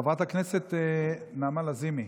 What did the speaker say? חברת הכנסת נעמה לזימי,